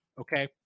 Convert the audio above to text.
Okay